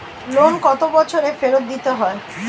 Loan কত বছরে ফেরত দিতে হয়?